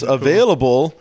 available